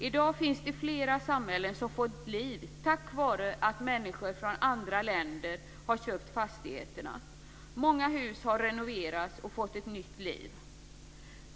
I dag finns det flera samhällen som fått liv tack vare att människor från andra länder har köpt fastigheterna. Många hus har renoverats och fått ett nytt liv.